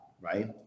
right